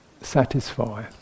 satisfy